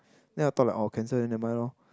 then I thought cancel then nevermind loh